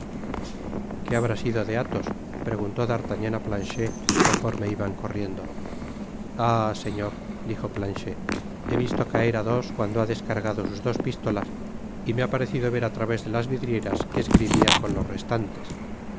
qué habrá sido de athos preguntó d'artagnan á planchet conforme iban corriendo ah señor dijo planchet he visto caer á dos cuando ha descargado sus dos pistolas y me ha parecido ver á través de las vidrieras que esgrimia con los restantes